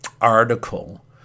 article